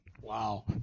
Wow